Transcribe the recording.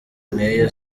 nteye